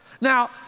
Now